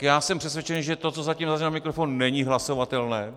Já jsem přesvědčen, že to, co zatím zaznělo na mikrofon, není hlasovatelné.